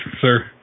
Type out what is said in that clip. sir